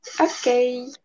Okay